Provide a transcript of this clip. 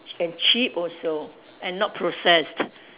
and cheap also and not processed